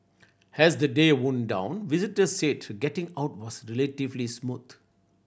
as the day wound down visitors said to getting out was relatively smooth